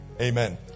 Amen